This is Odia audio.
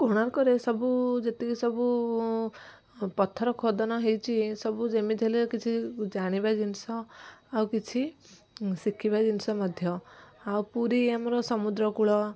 କୋଣାର୍କରେ ସବୁ ଯେତିକି ସବୁ ପଥର ଖୋଦନ ହେଇଛି ଏ ସବୁ ଯେମିତି ହେଲେ କିଛି ଜାଣିବା ଜିନିଷ ଆଉ କିଛି ଶିଖିବା ଜିନିଷ ମଧ୍ୟ ଆଉ ପୁରୀ ଆମର ସମୁଦ୍ରକୂଳ